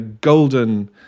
golden